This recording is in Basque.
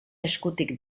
eskutik